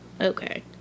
Okay